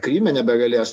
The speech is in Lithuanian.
kryme nebegalės